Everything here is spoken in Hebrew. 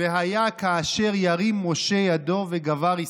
"והיה כאשר ירים משה ידו וגבר ישראל".